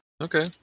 Okay